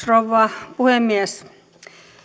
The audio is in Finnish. rouva puhemies